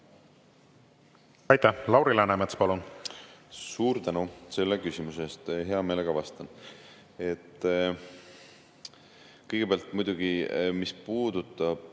Aitäh! Lauri Läänemets, palun! Suur tänu selle küsimuse eest! Hea meelega vastan. Kõigepealt muidugi, mis puudutab